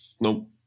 Nope